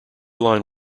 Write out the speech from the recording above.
line